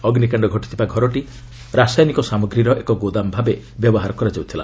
ଅଗ୍ନିକାଣ୍ଡ ଘଟିଥିବା ଘରଟି ରାସାୟନିକ ସାମଗ୍ରୀର ଏକ ଗୋଦାମ ଭାବେ ବ୍ୟବହାର କରାଯାଉଥିଲା